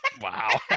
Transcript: Wow